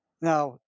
now